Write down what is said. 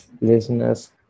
listeners